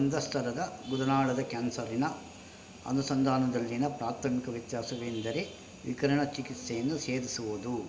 ಮಂದ ಸ್ತರದ ಗುದನಾಳದ ಕ್ಯಾನ್ಸರಿನ ಅನುಸಂಧಾನದಲ್ಲಿನ ಪ್ರಾಥಮಿಕ ವ್ಯತ್ಯಾಸವೆಂದರೆ ವಿಕಿರಣ ಚಿಕಿತ್ಸೆಯನ್ನು ಸೇರಿಸುವುದು